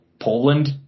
Poland